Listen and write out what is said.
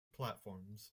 platforms